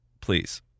Please